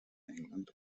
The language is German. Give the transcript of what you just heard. england